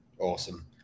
awesome